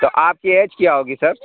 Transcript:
تو آپ کی ایج کیا ہوگی سر